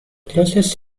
closest